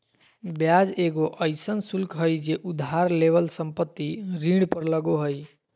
ब्याज एगो अइसन शुल्क हइ जे उधार लेवल संपत्ति ऋण पर लगो हइ